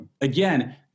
Again